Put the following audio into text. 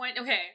Okay